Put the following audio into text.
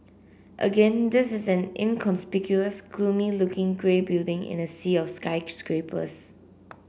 again this is an inconspicuous gloomy looking grey building in a sea of skyscrapers